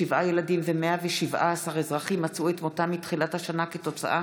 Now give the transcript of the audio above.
שבעה ילדים ו-117 אזרחים מצאו את מותם מתחילת השנה כתוצאה